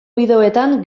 bideoetan